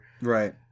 Right